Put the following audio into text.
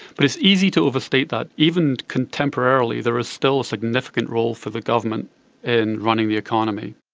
but it's easy to overstate that. even contemporarily there is still a significant role for the government in running the economy.